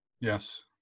Yes